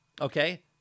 okay